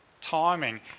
timing